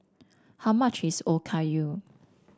how much is Okayu